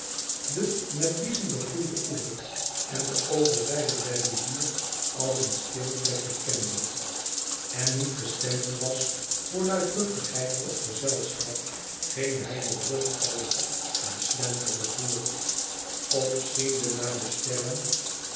den met biezen begroeiden oever en de overzijde der rivier als een stil plekje kende en niet gestemd was voor luidruchtigheid of gezelschap ging hij de brug over en slenterde voort opziende naar de sterren